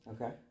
okay